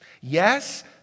Yes